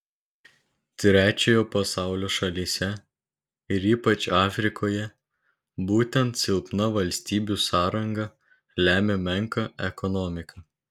trečiojo pasaulio šalyse ir ypač afrikoje būtent silpna valstybių sąranga lemia menką ekonomiką